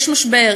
יש משבר,